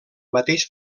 mateix